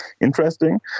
interesting